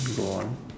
go on